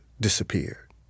disappeared